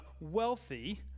wealthy